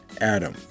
Adam